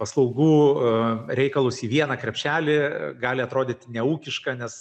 paslaugų reikalus į vieną krepšelį gali atrodyti neūkiška nes